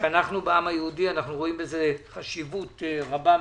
שאנחנו בעם היהודי רואים בזה חשיבות רבה מאוד.